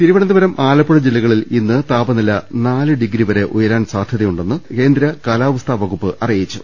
തിരുവനന്തപുരം ആലപ്പുഴ ജില്ലകളിൽ ഇന്ന് താപനില നാലു ഡിഗ്രി വരെ ഉയരാൻ സാധ്യതയുണ്ടെന്ന് കേന്ദ്ര കാലാവസ്ഥാവകുപ്പ് അറിയിച്ചു